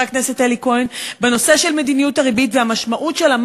הכנסת אלי כהן בנושא מדיניות הריבית והמשמעות שלה,